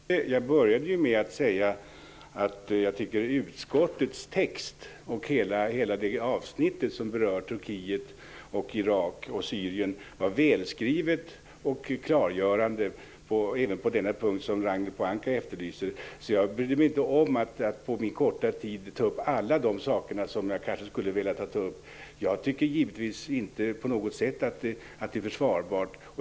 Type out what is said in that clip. Fru talman! Jag började med att säga att jag tycker att utskottets text i hela det avsnitt som berör Turkiet, Irak och Syrien var välskriven och klargörande, även på den punkt som Ragnhild Pohanka efterlyser. Därför brydde jag mig inte om att på min korta tid ta upp alla de saker som jag kanske skulle ha velat ta upp. Jag tycker givetvis inte på något sätt att det är försvarbart.